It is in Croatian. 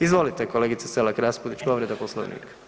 Izvolite kolegice Selak Raspudić, povreda Poslovnika.